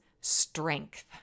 strength